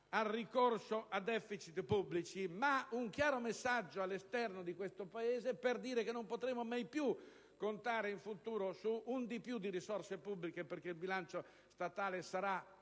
al ricorso a deficit pubblici, ma un chiaro messaggio all'esterno di questo Paese per dire che non potremo mai più contare in futuro su risorse pubbliche in eccesso, perché il bilancio statale sarà